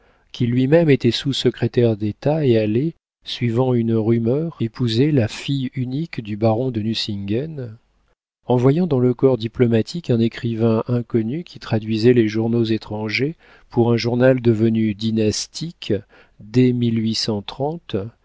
qui lui-même était sous-secrétaire d'état et allait suivant une rumeur épouser la fille unique du baron de nucingen en voyant dans le corps diplomatique un écrivain inconnu qui traduisait les journaux étrangers pour un journal devenu dynastique dès